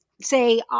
say